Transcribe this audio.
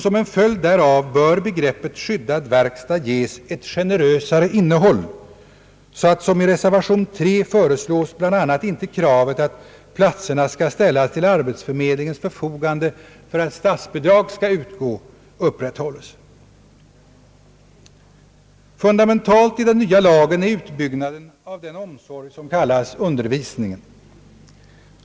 Som en följd därav bör begreppet »skyddad verkstad» ges ett generösare innehåll så att, som i reservation III föreslås, man bland annat inte upprätthåller kravet att platserna skall ställas till arbetsmedlingens förfogande för att statsbidrag skall utgå. Fundamentalt i den nya lagen är utbyggandet av den omsorg som kallas undervisning.